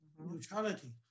Neutrality